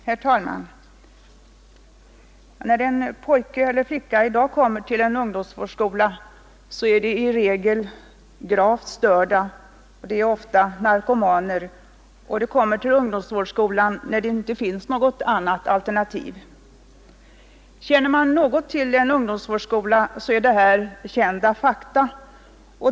Herr talman! När pojkar eller flickor i dag kommer till en ungdomsvårdsskola är de i regel gravt störda, och de är ofta narkomaner. De kommer till ungdomsvårdsskolan när det inte finns något annat alternativ. Känner man något till en ungdomsvårdsskola är detta bekanta fakta.